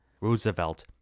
Roosevelt